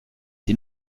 die